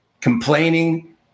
complaining